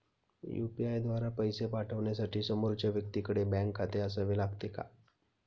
UPI द्वारा पैसे पाठवण्यासाठी समोरच्या व्यक्तीकडे बँक खाते असावे लागते का?